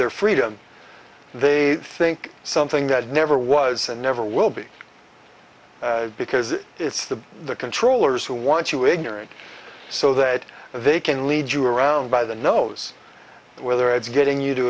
their freedom they think something that never was and never will be because it's the controllers who want you ignorant so that they can lead you around by the nose whether it's getting you to